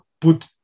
put